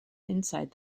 inside